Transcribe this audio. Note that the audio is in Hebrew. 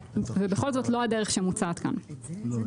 ובכל זאת, זו לא הדרך שמוצעת כאן בהכרח.